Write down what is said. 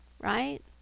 right